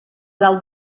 dalt